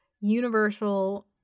universal